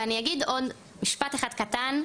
ואני אגיד עוד משפט אחד קטן,